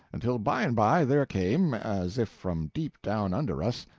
until by and by there came, as if from deep down under us,